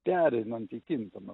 derinanti kintama